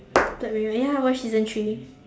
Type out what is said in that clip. black mirror ya I watch season three